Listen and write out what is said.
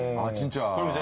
watch and john's yeah